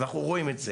אנחנו רואים את זה.